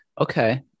Okay